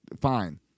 fine